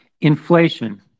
inflation